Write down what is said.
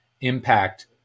impact